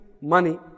money